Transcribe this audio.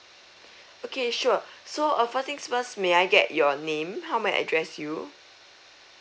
okay sure so uh first things first may I get your name how may I address you